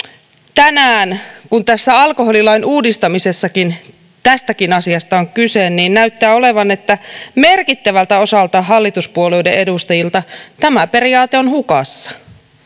tänään kun tässä alkoholilain uudistamisessakin tästäkin asiasta on kyse näyttää olevan niin että merkittävältä osalta hallituspuolueiden edustajia tämä periaate on hukassa